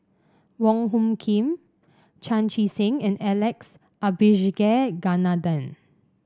Wong Hung Khim Chan Chee Seng and Alex Abisheganaden